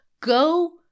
go